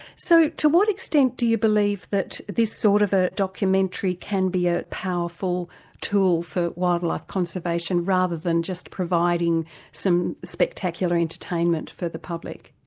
so to what extent do you believe that this sort of a documentary can be a powerful tool for wildlife conservation rather than just providing some spectacular entertainment for the public?